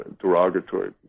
derogatory